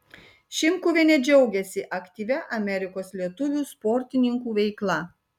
šimkuvienė džiaugiasi aktyvia amerikos lietuvių sportininkų veikla